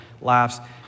laughs